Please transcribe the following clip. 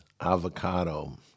avocado